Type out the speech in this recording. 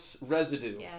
residue